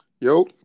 Yo